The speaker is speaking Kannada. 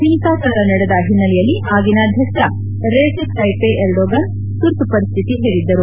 ಹಿಂಸಾಚಾರ ನಡೆದ ಹಿನ್ನೆಲೆಯಲ್ಲಿ ಆಗಿನ ಅಧ್ಯಕ್ಷ ರೆಸಿಪ್ ತೈಪೆ ಎರ್ಡೋಗನ್ ತುರ್ತು ಪರಿಸ್ಥಿತಿ ಹೇರಿದ್ದರು